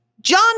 John